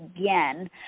again